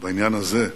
בעניין הזה.